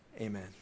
Amen